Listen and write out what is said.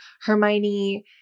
Hermione